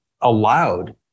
allowed